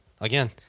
again